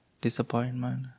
disappointment